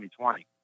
2020